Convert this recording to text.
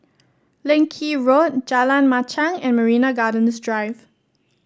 Leng Kee Road Jalan Machang and Marina Gardens Drive